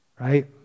Right